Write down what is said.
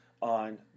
on